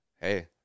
hey